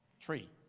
tree